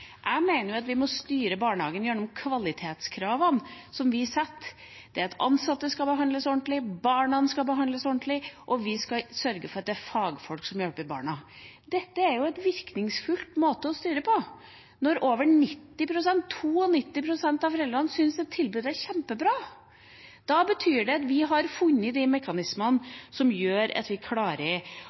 Jeg mener at vi må styre barnehagene gjennom de kvalitetskravene som vi stiller: Ansatte skal behandles ordentlig, barna skal behandles ordentlig, og vi skal sørge for at det er fagfolk som hjelper barna. Dette er en virkningsfull måte å styre på. Over 90 pst. – 92 pst. – av foreldrene syns at tilbudet er kjempebra. Det betyr at vi har funnet de mekanismene som gjør at vi